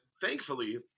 thankfully